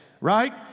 Right